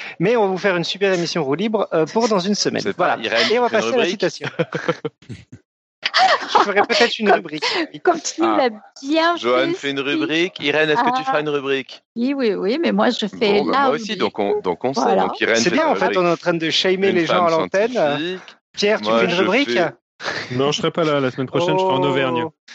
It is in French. Mais on va vous faire une super émission roue libre, euh, pour dans une C'est semaine. pas, Voilà. Irène, Et on tu va fais une passer à la rubrique ? citation. Je ferai peut-être une Quand- rubrique. quand tu Ah, l'as bien Johan fait, fait une si. rubrique, Irène, est-ce que tu feras Ah. une rubrique ? Oui, oui, oui, mais moi, je fais Bon, bah, la moi aussi, rubrique. donc on- donc on sait, Voilà. donc Irène C'est fait bien, une en fait, rubrique. on est en train de shamer Une les gens femme à l'antenne. scientifique. Pierre, tu fais Moi, une je rubrique ? fais- Non, je serai pas là. La semaine prochaine, je serai en Oh. Auvergne.